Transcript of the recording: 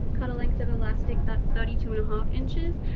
cut a length of elastic, that's thirty two and a half inches,